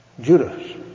Judas